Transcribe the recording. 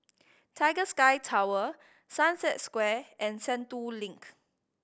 Tiger Sky Tower Sunset Square and Sentul Link